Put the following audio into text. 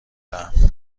دهم